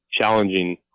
challenging